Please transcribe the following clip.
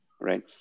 right